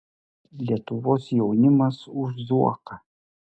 lietuvos jaunimas už zuoką